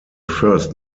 first